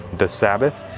the sabbath?